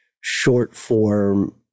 short-form